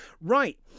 right